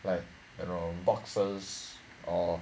like you know boxes or